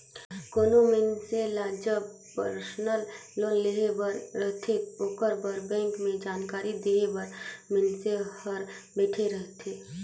कोनो मइनसे ल जब परसनल लोन लेहे बर रहथे ओकर बर बेंक में जानकारी देहे बर मइनसे हर बइठे रहथे